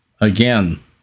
again